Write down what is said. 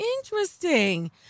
interesting